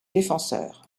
défenseur